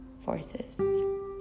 forces